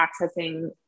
accessing